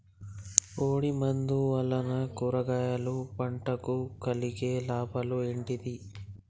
పొడిమందు వలన కూరగాయల పంటకు కలిగే లాభాలు ఏంటిది?